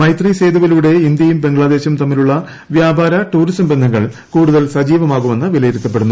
മൈത്രി സേതുവിലൂടെ ഇന്ത്യയും ബംഗ്ലദേശും തമ്മിലുള്ള വ്യാപാര ടൂറിസം ബന്ധങ്ങൾ കൂടുതൽ സജീവമാകുമെന്ന് വിലയിരുത്തപ്പെടുന്നു